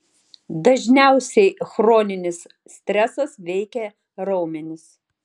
dažniausiai chroninis stresas veikia raumenis